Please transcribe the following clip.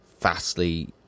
fastly